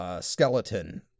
skeleton